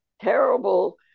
terrible